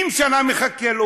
70 שנה מחכה לו.